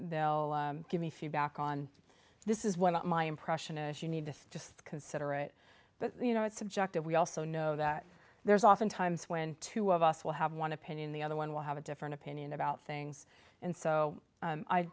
give me feedback on this is what my impression is you need to just consider it but you know it's subjective we also know that there's often times when two of us will have one opinion the other one will have a different opinion about things and so